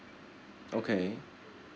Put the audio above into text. okay